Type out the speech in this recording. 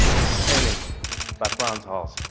is a painting by frans hals.